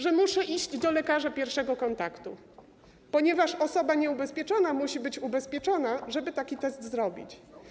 Że muszę iść do lekarza pierwszego kontaktu, ponieważ osoba nieubezpieczona musi być ubezpieczona, żeby taki test zrobić.